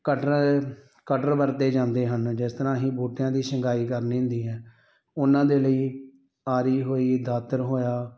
cutter cutter ਵਰਤੇ ਜਾਂਦੇ ਹਨ ਜਿਸ ਤਰ੍ਹਾਂ ਅਸੀਂ ਬੂਟਿਆਂ ਦੀ ਛੰਗਾਈ ਕਰਨੀ ਹੁੰਦੀ ਹੈ ਉਹਨਾਂ ਦੇ ਲਈ ਆਰੀ ਹੋਈ ਦਾਤਰ ਹੋਇਆ